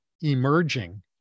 emerging